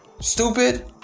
Stupid